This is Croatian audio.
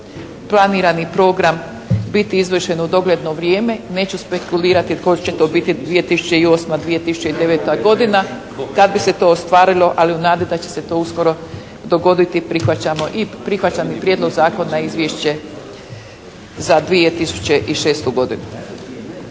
planirani program biti izvršen u dogledno vrijeme. Neću spekulirati koje će to biti 2008., 2009. godina da bi se to ostvarilo ali u nadi da će se to uskoro dogoditi i prihvaćam i prijedlog zakona i izvješće za 2006. godinu.